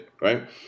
right